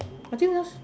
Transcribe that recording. I think yours